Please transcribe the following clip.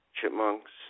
chipmunks